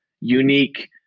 unique